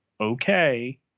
okay